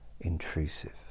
intrusive